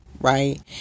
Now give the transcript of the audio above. right